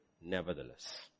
Nevertheless